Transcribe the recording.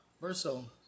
Verso